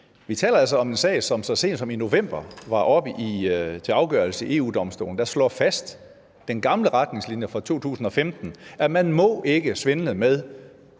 vi taler altså om en sag, som så sent som i november blev taget op til afgørelse i EU-Domstolen, som efter den gamle retningslinje fra 2015 fastslår, at man ikke må svindle med